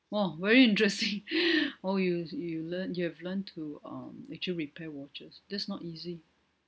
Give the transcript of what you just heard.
!wow! very interesting oh you you learn you have learnt to um actually repair watches that's not easy